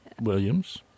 Williams